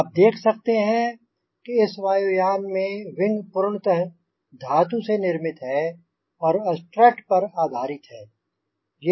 आप देख सकते हैं कि इस वायुयान में विंग पूर्णतः धातु से निर्मित हैं और स्ट्रट पर आधारित हैं